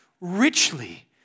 richly